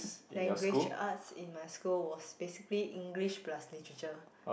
language arts in my school was basically English plus Literature